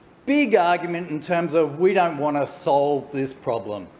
big argument in terms of we don't want to solve this problem.